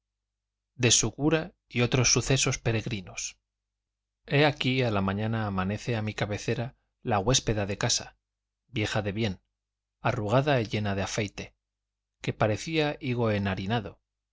de su cura y otros sucesos peregrinos he aquí a la mañana amanece a mi cabecera la huéspeda de casa vieja de bien arrugada y llena de afeite que parecía higo enharinado